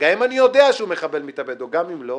גם אם אני יודע שהוא מחבל מתאבד וגם אם לא,